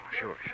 sure